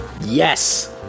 Yes